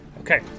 Okay